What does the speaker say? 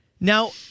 Now